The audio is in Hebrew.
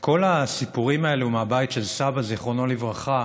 כל הסיפורים האלה מהבית של סבא, זיכרונו לברכה,